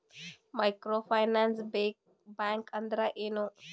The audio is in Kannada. ಮೈಕ್ರೋ ಫೈನಾನ್ಸ್ ಬ್ಯಾಂಕ್ ಅಂದ್ರ ಏನು?